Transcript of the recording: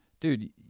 Dude